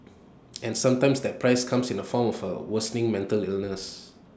and sometimes that price comes in the form for A worsening mental illness